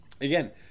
again